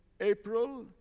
April